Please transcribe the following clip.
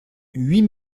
huit